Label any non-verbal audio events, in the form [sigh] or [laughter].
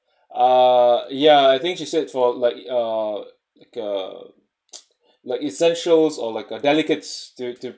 uh yeah I think she said for uh like a [noise] like essentials or like uh delicates to